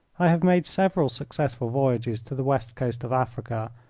i have made several successful voyages to the west coast of africa,